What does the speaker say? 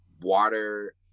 water